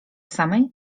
samej